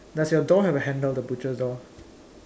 does your door have a handle the butcher's door